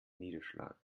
niederschlag